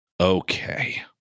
Okay